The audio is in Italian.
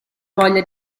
voglia